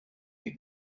did